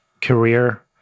career